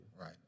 Right